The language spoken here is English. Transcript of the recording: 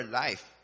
life